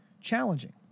challenging